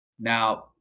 Now